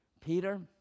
Peter